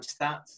stats